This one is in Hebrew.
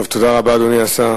טוב, תודה רבה, אדוני השר.